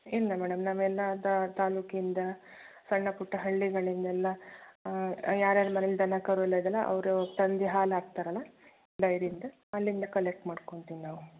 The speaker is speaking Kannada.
ಇಲ್ಲ ಮೇಡಮ್ ನಾವೆಲ್ಲ ತಾಲೂಕಿಂದ ಸಣ್ಣ ಪುಟ್ಟ ಹಳ್ಳಿಗಳಿಂದೆಲ್ಲ ಯಾರ ಯಾರ ಮನೆಲಿ ದನ ಕರು ಎಲ್ಲ ಇದೆಯಲ್ಲ ಅವರು ತಂದು ಹಾಲು ಹಾಕ್ತಾರಲ್ಲಾ ಡೈರಿಯಿಂದ ಅಲ್ಲಿಂದ ಕಲೆಕ್ಟ್ ಮಾಡ್ಕೊಂತಿವಿ ನಾವು